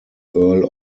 earl